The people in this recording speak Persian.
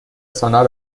سونا